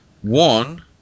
One